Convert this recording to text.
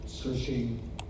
searching